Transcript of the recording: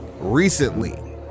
recently